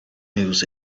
news